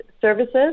services